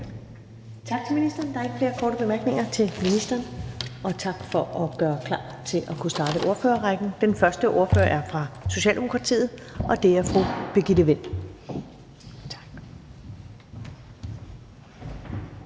Tak til ministeren. Der er ikke flere korte bemærkninger til ministeren. Og tak for at gøre klar til at kunne starte ordførerrækken. Den første ordfører er fra Socialdemokratiet, og det er fru Birgitte Vind.